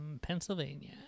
Pennsylvania